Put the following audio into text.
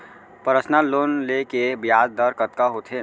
Personal loan ले के ब्याज दर कतका होथे?